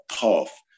path